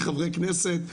כחברי כנסת,